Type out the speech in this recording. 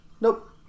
Nope